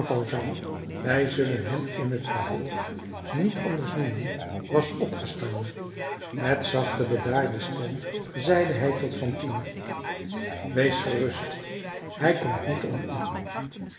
wij zullen hem in t vervolg niet anders noemen was opgestaan met zachte bedaarde stem zeide hij tot fantine wees gerust hij komt niet om u